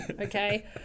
okay